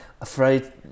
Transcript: Afraid